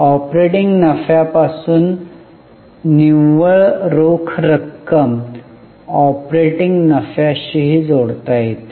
operating नफ्यापासून निव्वळ रोख रक्कम ऑपरेटिंग नफ्याशीही जोडता येते